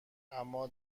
اما